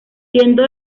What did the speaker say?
siendo